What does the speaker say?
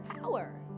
power